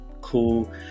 cool